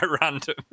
random